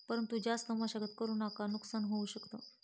परंतु जास्त मशागत करु नका नुकसान होऊ शकत